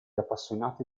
appassionati